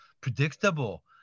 predictable